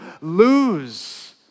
lose